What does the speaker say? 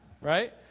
right